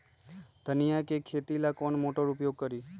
धनिया के खेती ला कौन मोटर उपयोग करी?